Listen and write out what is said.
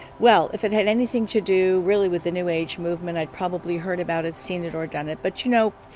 well if it had anything to do really with the, new, age movement i'd probably heard about it seen it or done it but you know.